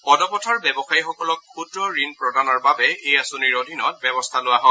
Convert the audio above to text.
পদপথৰ ব্যৱসায়ীসকলক ক্ষুদ্ৰ ঋণ প্ৰদানৰ বাবে এই আঁচনিৰ অধীনত ব্যৱস্থা লোৱা হয়